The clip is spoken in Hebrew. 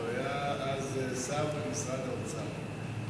שהיה אז שר במשרד האוצר,